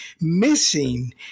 missing